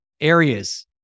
areas